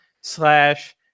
slash